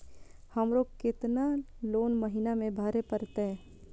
हमरो केतना लोन महीना में भरे परतें?